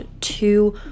two